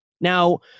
Now